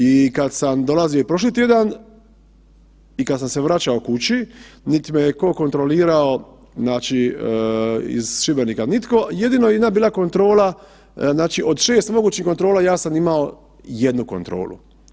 I kad sam dolazio i prošli tjedan i kad sam se vraćao kući, niti me tko kontrolirao znači iz Šibenika nitko, jedino je jedna bila kontrola, znači od 6 mogućih kontrola, ja sam imao 1 kontrolu.